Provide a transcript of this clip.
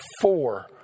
four